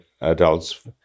adults